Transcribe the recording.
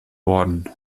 worden